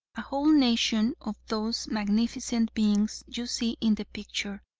a whole nation of those magnificent beings you see in the picture,